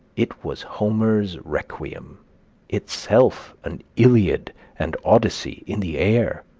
it was homer's requiem itself an iliad and odyssey in the air,